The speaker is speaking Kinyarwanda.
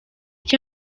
icyo